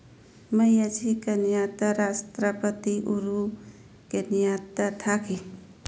ꯃꯩ ꯑꯁꯤ ꯀꯟꯌꯥ ꯔꯥꯁꯇ꯭ꯔꯄꯇꯤ ꯎꯔꯨ ꯀꯦꯟꯌꯥꯠꯇ ꯊꯥꯈꯤ